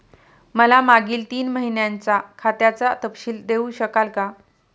मला मागील तीन महिन्यांचा खात्याचा तपशील देऊ शकाल का?